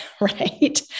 right